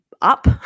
up